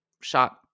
shot